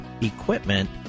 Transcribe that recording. equipment